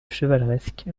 chevaleresque